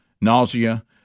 nausea